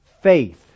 faith